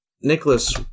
Nicholas